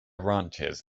ranches